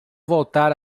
voltar